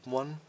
one